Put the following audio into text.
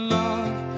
love